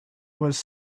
was